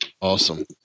Awesome